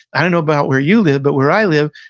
i don't know about where you live, but where i live,